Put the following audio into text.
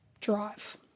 drive